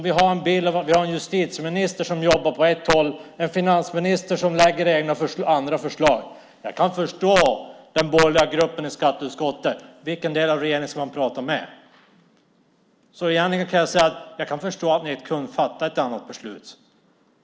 Vi har en justitieminister som jobbar på ett håll, och vi har en finansminister som lägger fram andra förslag. Jag kan förstå den borgerliga gruppen i skatteutskottet: Vilken del av regeringen ska man prata med? Jag kan förstå att ni inte kunde fatta ett annat beslut.